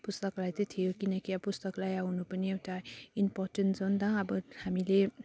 पुस्तकालय चाहिँ थियो किनकि अब पुस्तकालय हुनु पनि एउटा इम्पोर्टेन्स हो नि त अब हामीले